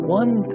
one